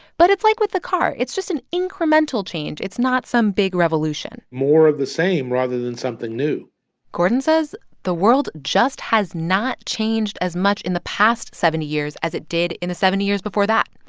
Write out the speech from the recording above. but it's like with the car. it's just an incremental change. it's not some big revolution more of the same rather than something new gordon says the world just has not changed as much in the past seventy years as it did in the seventy years before that.